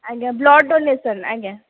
ଆଜ୍ଞା blood donation ଆଜ୍ଞା